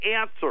answer